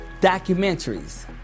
documentaries